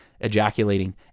ejaculating